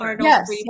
yes